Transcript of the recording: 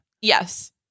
Yes